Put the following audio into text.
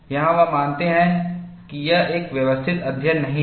यहाँ वह मानते हैं कि यह एक व्यवस्थित अध्ययन नहीं था